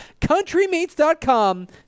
CountryMeats.com